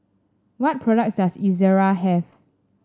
what products does Ezerra have